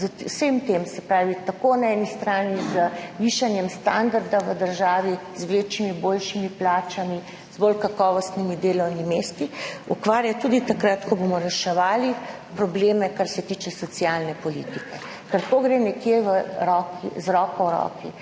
z vsem tem, se pravi na eni strani z višanjem standarda v državi, z večjimi, boljšimi plačami, z bolj kakovostnimi delovnimi mesti ukvarjati tudi takrat, ko bomo reševali probleme glede socialne politike, ker to gre z roko v roki.